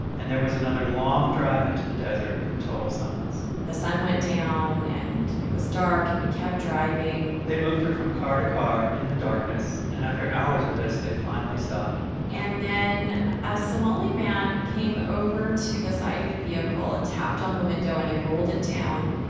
and there was another long drive into the desert in total silence the sun went down, and it was dark. and we kept driving they moved her from car to car in the darkness. and after hours of this, they finally stopped and then a somali man came over to the side of the vehicle and tapped on the window. and i rolled it down.